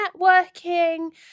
networking